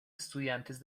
estudiantes